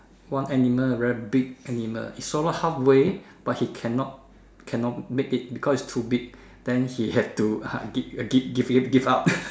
one animal very big animal it swallow halfway but he cannot cannot make it because it's too big then he had to ah gi~ give give up